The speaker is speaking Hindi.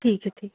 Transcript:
ठीक है ठीक